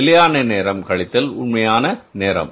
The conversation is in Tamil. நிலையான நேரம் கழித்தல் உண்மையான நேரம்